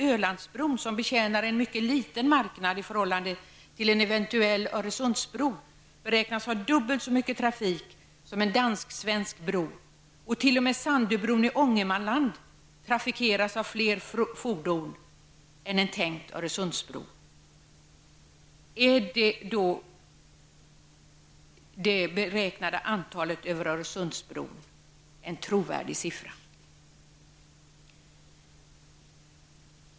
Ölandsbron, som betjänar en mycket liten marknad i förhållande till en eventuell Ångermanland trafikeras av fler fordon än en tänkt Öresundsbro. Är då det beräknade antalet fordon över Öresundsbron en trovärdig siffra?